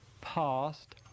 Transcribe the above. past